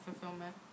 fulfillment